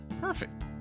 Perfect